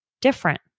different